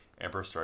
Emperor